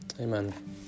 Amen